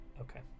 Okay